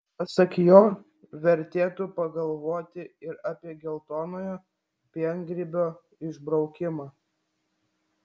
pasak jo vertėtų pagalvoti ir apie geltonojo piengrybio išbraukimą